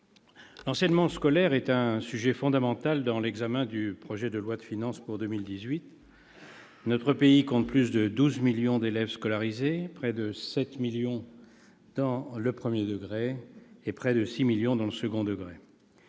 l'enseignement scolaire est un sujet fondamental pour l'examen du projet de loi de finances pour 2018. Notre pays compte plus de 12 millions d'élèves scolarisés : près de 7 millions dans le premier degré et près de 6 millions dans le second.